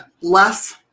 less